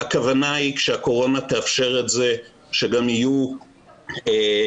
הכוונה היא שכשהקורונה תאפשר את זה שגם יהיו בבריכה,